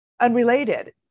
unrelated